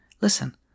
Listen